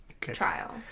trial